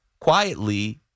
quietly